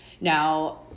Now